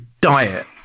diet